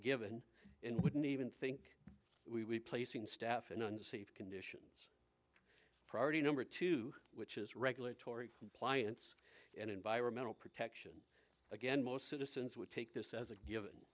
given and wouldn't even think we placing staff in unsafe get priority number two which is regulatory compliance and environmental protection again most citizens would take this as a given